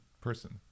person